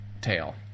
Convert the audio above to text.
Tail